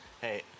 Hey